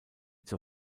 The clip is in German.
zur